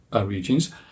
regions